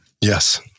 yes